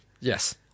Yes